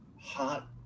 hot